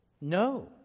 No